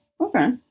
Okay